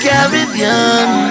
Caribbean